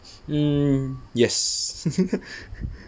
hmm yes